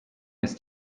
ist